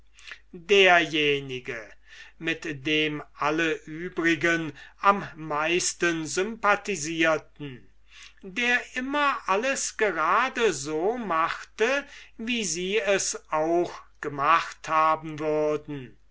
derjenige mit dem alle übrigen am meisten sympathisierten der immer alles just so machte wie sie es auch gemacht haben würden